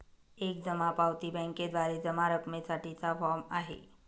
एक जमा पावती बँकेद्वारे जमा रकमेसाठी चा फॉर्म आहे